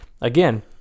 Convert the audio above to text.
again